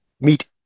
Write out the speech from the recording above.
meet